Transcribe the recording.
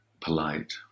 polite